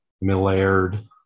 Millard